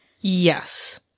Yes